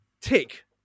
tick